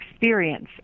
experience